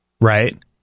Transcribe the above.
Right